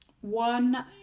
One